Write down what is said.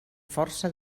força